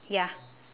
ya